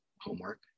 homework